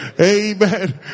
Amen